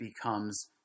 becomes